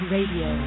Radio